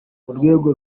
urwego